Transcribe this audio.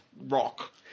rock